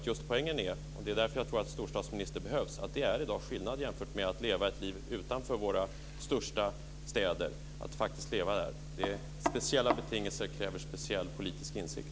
Poängen är, det är därför jag tror att storstadsministern behövs, att det i dag är skillnad mellan att leva ett liv utanför våra största städer och att faktiskt leva där. Speciella betingelser kräver speciell politisk insikt.